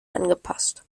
angepasst